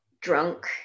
drunk